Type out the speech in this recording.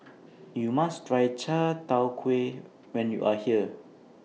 YOU must Try Chai Tow Kway when YOU Are here